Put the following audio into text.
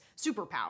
superpower